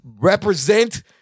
Represent